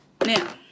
Now